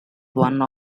one